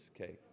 okay